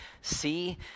see